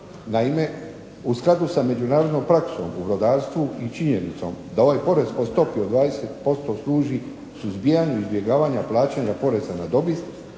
Naime, u skladu sa međunarodnom praksom u brodarstvu i činjenicom da ovaj porez po stopi od 20% služi suzbijanju izbjegavanja plaćanja poreza na dobit,